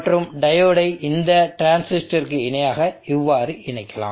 மற்றும் டையோடை இந்த டிரான்சிஸ்டர்க்கு இணையாக இவ்வாறு இணைக்கலாம்